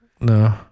No